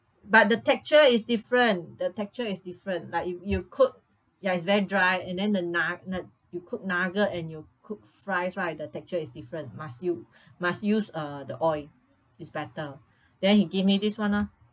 but the texture is different the texture is different like you you cook ya it's very dry and then the nu~ n~ you cook nugget and you cook fries right the texture is different must u~ must use uh the oil is better then he give me this one ah